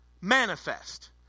manifest